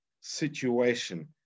situation